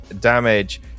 damage